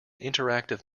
interactive